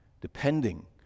depending